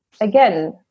again